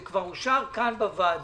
זה כבר אושר כאן בוועדה,